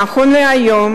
לצערנו,